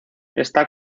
está